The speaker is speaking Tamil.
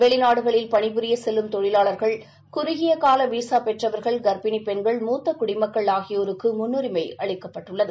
வெளிநாடுகளில் பணி புரிய செல்லும் தொழிலாளர்கள் குறுகிய கால விசா பெற்றவர்கள் கா்ப்பிணி பெண்கள் மூத்த குடிமக்கள் ஆகியோருக்கு முன்னுரிமை அளிக்கப்பட்டுள்ளது